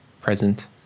present